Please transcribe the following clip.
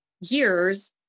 years